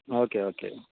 okay okay